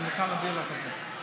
אני מוכן להביא לך את זה.